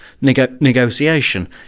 negotiation